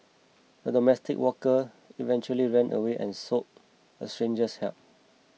the domestic worker eventually ran away and sought a stranger's help